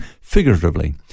figuratively